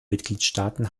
mitgliedstaaten